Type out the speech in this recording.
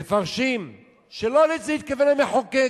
מפרשים שלא לזה התכוון המחוקק.